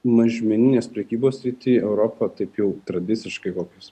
mažmeninės prekybos srity europa taip jau tradiciškai kokius